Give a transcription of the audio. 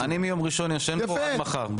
אני ישן פה מיום ראשון עד מחר.